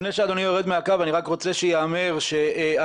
לפני שאדוני יורד מהקו אני רק רוצה שייאמר שההערכה